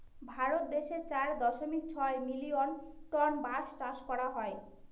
ভারত দেশে চার দশমিক ছয় মিলিয়ন টন বাঁশ চাষ করা হয়